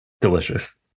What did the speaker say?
Delicious